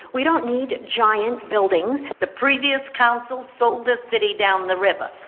we don't need giant buildings the previous council sold this city down the river.